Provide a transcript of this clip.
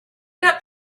got